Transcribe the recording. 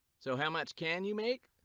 so how much can you make